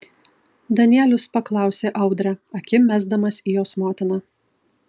danielius paklausė audrę akim mesdamas į jos motiną